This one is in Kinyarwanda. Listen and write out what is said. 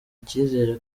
icyizere